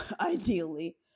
ideally